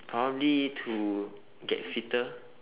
probably to get fitter